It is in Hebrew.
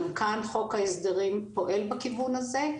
גם כאן חוק ההסדרים פועל בכיוון הזה.